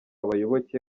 abayoboke